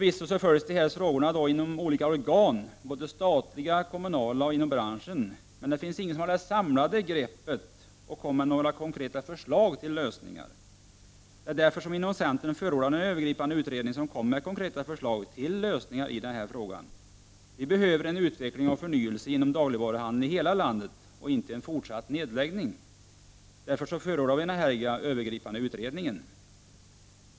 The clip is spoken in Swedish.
Dessa frågor följs förvisso av olika organ, av statliga och kommunala organ och av organ inom branschen. Det finns dock ingen som har det samlade greppet och kan komma med några konkreta förslag till lösningar. Vi inom centern förordar därför en övergripande utredning som skall komma med konkreta förslag till lösningar i den här frågan. Vi behöver en utveckling och förnyelse inom dagligvaru handeln i hela landet, och inte en fortsatt nedläggning. Vi förordar därför att en övergripande utredning skall göras.